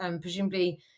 presumably